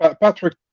Patrick